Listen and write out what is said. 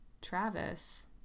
Travis